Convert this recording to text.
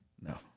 No